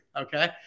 okay